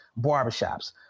barbershops